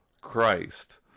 Christ